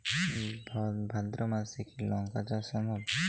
ভাদ্র মাসে কি লঙ্কা চাষ সম্ভব?